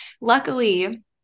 Luckily